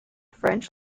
french